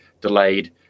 delayed